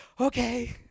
Okay